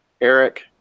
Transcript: Eric